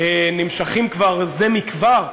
נמשכים כבר זה מכבר,